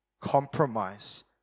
compromise